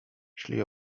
szli